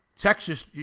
Texas